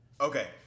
Okay